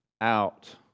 out